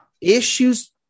Issues